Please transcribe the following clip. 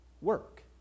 work